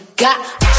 got